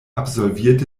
absolvierte